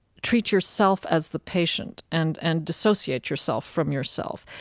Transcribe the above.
treat yourself as the patient and and dissociate yourself from yourself.